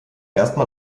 ersten